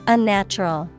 Unnatural